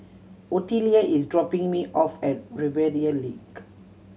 Otelia is dropping me off at Rivervale Link